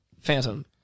Phantom